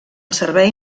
servei